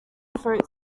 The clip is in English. throat